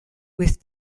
with